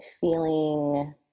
feeling